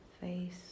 face